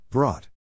Brought